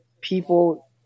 people